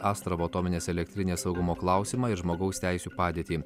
astravo atominės elektrinės saugumo klausimą ir žmogaus teisių padėtį